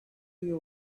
you